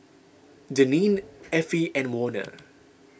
Daneen Effie and Warner